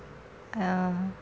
oh